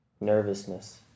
nervousness